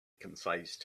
concise